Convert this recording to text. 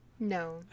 No